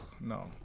No